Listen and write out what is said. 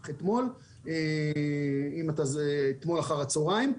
--- ערך אתמול, אם אתה זוכר, אתמול אחר הצהריים.